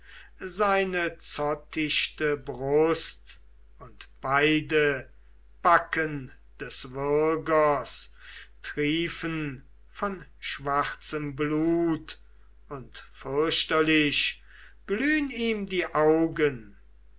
seine zottichte brust und beide backen des würgers triefen von schwarzem blut und fürchterlich glühn ihm die augen